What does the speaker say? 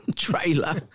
trailer